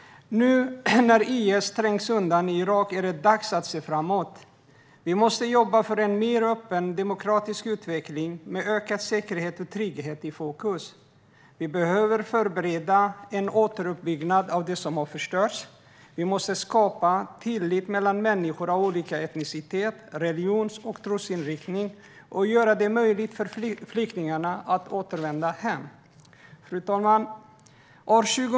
Nu när IS trängs undan i Irak är det dags att se framåt. Vi måste jobba för en mer öppen demokratisk utveckling med ökad säkerhet och trygghet i fokus. Vi behöver förbereda en återuppbyggnad av det som har förstörts. Vi måste skapa tillit mellan människor av olika etnicitet, religion och trosinriktning och göra det möjligt för flyktingarna att återvända hem. Fru talman!